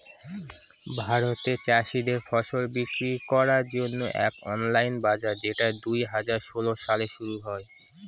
ভারতে চাষীদের ফসল বিক্রি করার জন্য এক অনলাইন বাজার যেটা দুই হাজার ষোলো সালে শুরু হয়